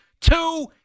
two